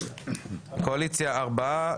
לקואליציה ארבעה.